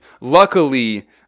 Luckily